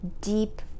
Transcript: deep